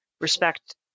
respect –